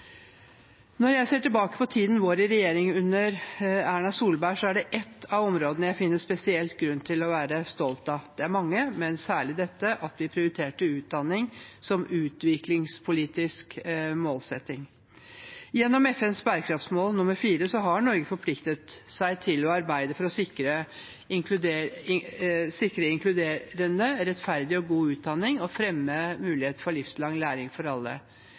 Når jeg ser tilbake på tiden vår i regjering under Erna Solberg, er det ett av områdene jeg finner spesielt grunn til å være stolt av. Det er mange, men særlig dette at vi prioriterte utdanning som utviklingspolitisk målsetting. Gjennom FNs bærekraftsmål nr. 4 har Norge forpliktet seg til å arbeide for å sikre inkluderende, rettferdig og god utdanning og fremme muligheter for livslang læring for alle.